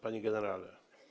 Panie Generale!